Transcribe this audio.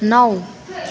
नौ